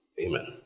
Amen